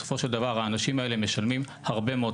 בסופו של דבר האנשים האלה משלמים הרבה מאוד